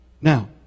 Now